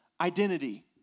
identity